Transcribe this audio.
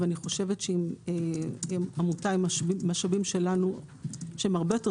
ואני חושבת שאם עמותה עם משאבים שלנו שהם הרבה יותר